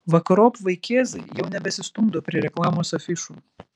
vakarop vaikėzai jau nebesistumdo prie reklamos afišų